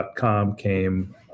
came